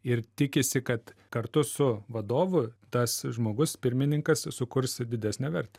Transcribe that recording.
ir tikisi kad kartu su vadovu tas žmogus pirmininkas sukurs didesnę vertę